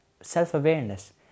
self-awareness